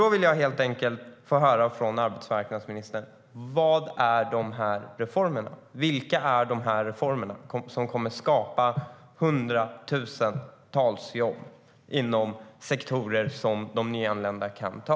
Jag skulle helt enkelt vilja höra från arbetsmarknadsministern: Vilka är de reformer som kommer att skapa hundratusentals jobb inom sektorer som de nyanlända kan ta?